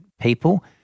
people